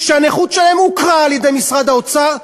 שהנכות שלהם הוכרה על-ידי משרד האוצר,